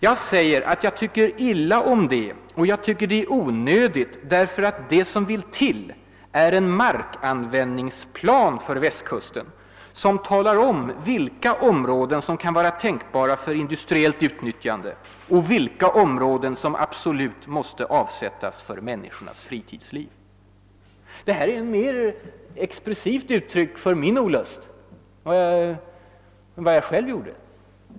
Jag säger att jag tycker illa om det och tycker det är onödigt därför att det som vill till är en markanvändningsplan för Västkusten, som talar om vilka områden som kan vara tänkbara för industriellt utnyttjande och vilka områden som absolut måste avsättas för människornas fritidsliv.» Detta är ett mer expressivt uttryck för min olust än vad jag själv presterat.